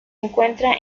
encuentra